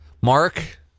mark